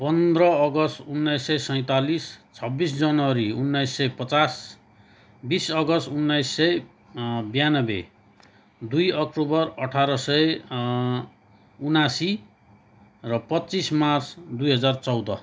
पन्ध्र अगस्त उन्नाइस सय सैँतालिस छब्बिस जनवरी उन्नाइस सय पचास बिस अगस्त उन्नाइस सय ब्यानब्बे दुई अक्टोबर अठार सय उनास्सी र पच्चिस मार्च दुई हजार चौध